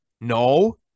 No